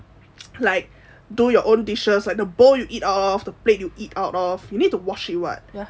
like do your own dishes like the bowl you eat of the plate you eat out of you need to wash you [what]